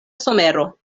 somero